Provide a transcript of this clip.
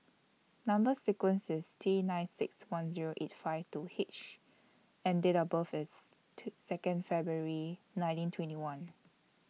Number sequence IS T nine six one Zero eight five two H and Date of birth IS two Second February nineteen twenty one